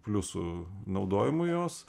pliusų naudojimui jos